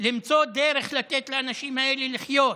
למצוא דרך לתת לאנשים האלה לחיות.